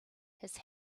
his